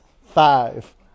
five